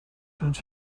cents